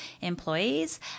employees